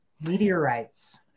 Meteorites